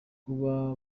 kuba